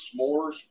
s'mores